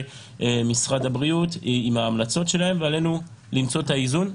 משרד הבריאות ואת ההמלצות שלהם ועלינו למצוא את האיזון,